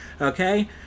okay